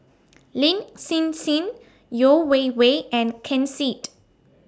Lin Hsin Hsin Yeo Wei Wei and Ken Seet